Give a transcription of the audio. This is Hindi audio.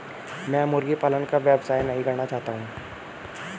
मैं मुर्गी पालन का व्यवसाय नहीं करना चाहता हूँ